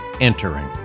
Entering